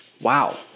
wow